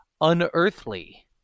unearthly